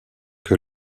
que